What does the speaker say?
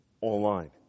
online